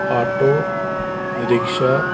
auto rickshaw